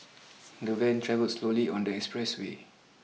the van travelled slowly on the expressway